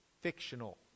fictional